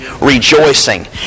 rejoicing